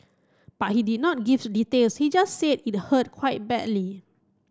but he did not gives details he just said it hurt quite badly